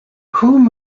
whom